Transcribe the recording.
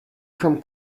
from